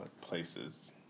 places